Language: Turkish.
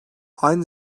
aynı